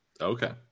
Okay